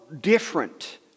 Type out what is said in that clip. different